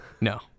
No